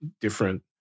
different